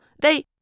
They—